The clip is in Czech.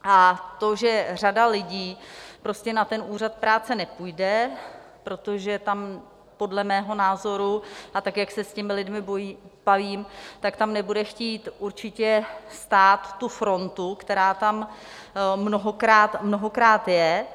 A to, že řada lidí prostě na ten úřad práce nepůjde, protože tam podle mého názoru a tak, jak se s těmi lidmi bavím tam nebude chtít určitě stát tu frontu, která tam mnohokrát, mnohokrát je.